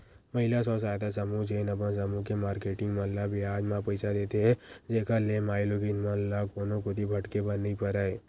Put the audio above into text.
महिला स्व सहायता समूह जेन अपन समूह के मारकेटिंग मन ल बियाज म पइसा देथे, जेखर ले माईलोगिन मन ल कोनो कोती भटके बर नइ परय